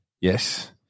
Yes